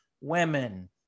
Women